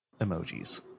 emojis